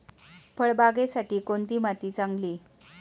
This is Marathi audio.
फळबागेसाठी कोणती माती चांगली?